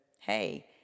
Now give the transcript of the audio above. hey